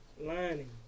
lining